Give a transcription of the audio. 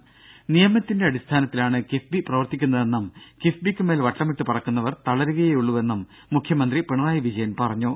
ദേദ നിയമത്തിന്റെ അടിസ്ഥാനത്തിലാണ് കിഫ്ബി പ്രവർത്തിക്കുന്നതെന്നും കിഫ്ബിക്കുമേൽ വട്ടമിട്ട് പറക്കുന്നവർ തളരുകയെയുള്ളൂവെന്നും മുഖ്യമന്ത്രി പിണറായി വിജയൻ പറഞ്ഞു